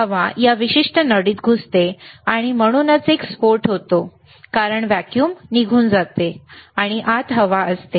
हवा या विशिष्ट नळीत घुसते आणि म्हणूनच एक स्फोट होतो कारण व्हॅक्यूम निघून जातो आणि आत हवा असते